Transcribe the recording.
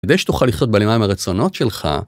כדי שתוכל לחיות בהלימה עם הרצונות שלך.